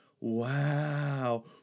wow